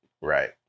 right